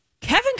Kevin